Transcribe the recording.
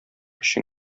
өчен